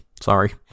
Sorry